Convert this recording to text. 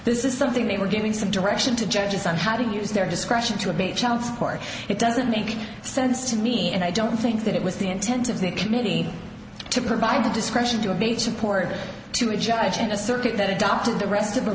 this is something they were giving some direction to judges on how to use their discretion to abate child support it doesn't make sense to me and i don't think that it was the intent of the committee to provide the discretion to a beach report to a judge in a circuit that adopted the rest of the